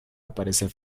aparece